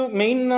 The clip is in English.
main